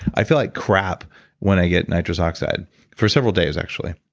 i feel like crap when i get nitrous oxide for several days actually.